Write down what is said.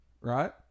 right